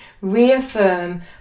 reaffirm